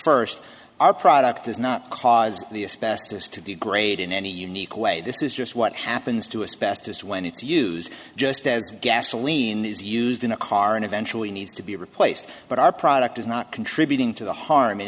first our product does not cause the a specialist to degrade in any unique way this is just what happens to us best is when it's used just as gasoline is used in a car and eventually needs to be replaced but our product is not contributing to the harm in